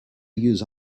use